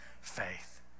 faith